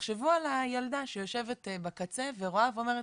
תחשבו על הילדה שיושבת בקצה ורואה ואומרת,